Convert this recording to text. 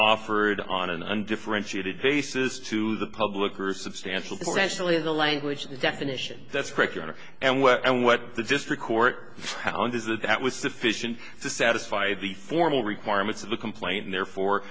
offered on an undifferentiated basis to the public or substantial potentially the language definition that's correct your honor and what and what the district court found is that that was sufficient to satisfy the formal requirements of the complaint and therefore